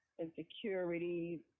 insecurity